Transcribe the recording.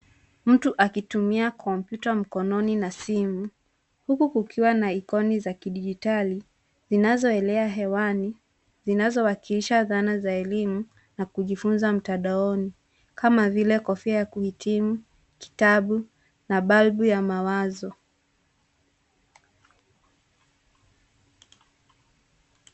Mtu akitumia kompyuta mkononi na simu huku kukiwa na aikoni za kidijitali zinazoelea hewani, zinazowakilisha dhana za elimu na kujifunza mtandaoni kama vile kofia ya kuhitimu, kitabu na balbu ya mawazo.